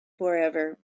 forever